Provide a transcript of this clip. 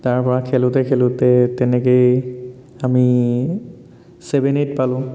তাৰ পৰা খেলোঁতে খোলোঁতে তেনেকেই আমি চেভেন এইট পালোঁ